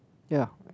ya